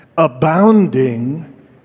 abounding